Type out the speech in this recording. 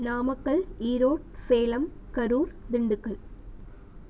Namakkal Erode Salem Karur Dindigul